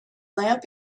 lamp